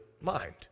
mind